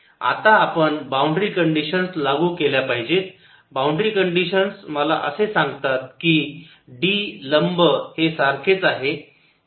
E 14π0 q2 yjzk diy2z2d232 for x≤0 आता आपण boundary conditions लागू केल्या पाहिजेत बाउंड्री कंडिशन्स मला असे सांगतात की D लंब हे सारखेच आहे